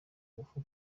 ngufu